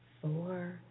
four